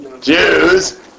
Jews